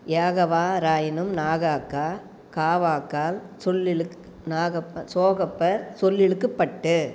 யாகாவா ராயினும் நாகாக்கா காவாக்கால் சொல் இழுக் நாகப்ப சோகப்பர் சொல்லிழுக்குப் பட்டு